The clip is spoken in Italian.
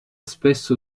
spesso